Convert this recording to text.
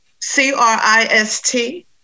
C-R-I-S-T